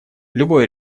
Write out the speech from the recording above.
любое